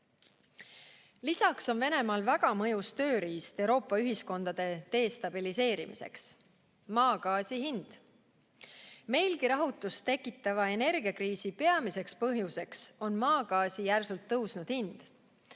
Lisaks on Venemaal väga mõjus tööriist Euroopa ühiskondade destabiliseerimiseks – maagaasi hind. Meilgi rahutust tekitava energiakriisi peamiseks põhjuseks on maagaasi järsult tõusnud hind.